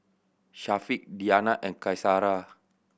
Syafiq Diyana and Qaisara